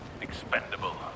expendable